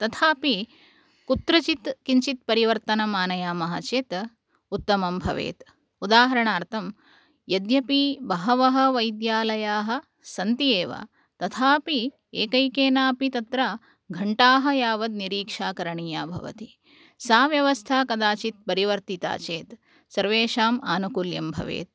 तथापि कुत्रचित् किञ्चित् परिवर्तणम् आनयामः चेत् उत्तमं भवेत् उदाहरणार्थं यद्यपि बहवः वैद्यालयाः सन्ति एव तथापि एकैकेनापि तत्र घण्टाः यावत् निरीक्षा करणीया भवति सा व्यवस्था कदाचित् परिवर्तिता चेत् सर्वेषाम् आनुकूल्यं भवेत्